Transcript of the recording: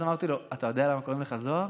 אז אמרתי לו: אתה יודע למה קוראים לך זוהר?